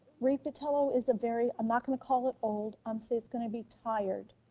read-patillo is a very, i'm not gonna call it old, um say it's gonna be tired,